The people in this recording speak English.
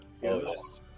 yes